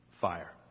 fire